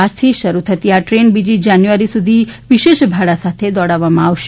આજથી શરૂ થતી આ ટ્રેન બીજી જાન્યુઆરી સુધી વિશેષ ભાડા સાથે દોડાવવામાં વશે